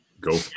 go